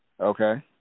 Okay